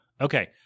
Okay